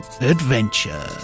adventure